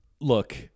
look